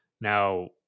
Now